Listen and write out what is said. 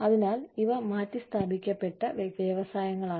അതിനാൽ ഇവ മാറ്റിസ്ഥാപിക്കപ്പെട്ട വ്യവസായങ്ങളാണ്